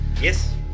Yes